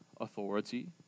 authority